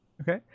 Okay